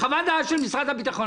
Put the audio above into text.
חוות דעת של משרד הביטחון,